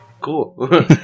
cool